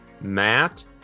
matt